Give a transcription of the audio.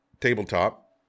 tabletop